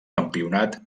campionat